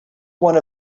one